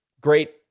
great